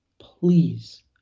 please